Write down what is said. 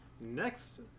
next